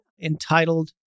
entitled